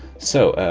so,